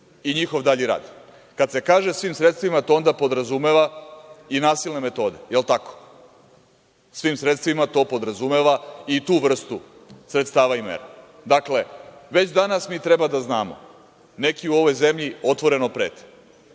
i njihov dalji rad. Kad se kaže svim sredstvima, to onda podrazumeva i nasilne metode, jel tako? Svim sredstvima, to podrazumeva i tu vrstu sredstava i mera. Dakle, već danas mi treba da znamo, neki u ovoj zemlji otvoreno prete